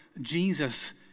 Jesus